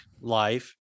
life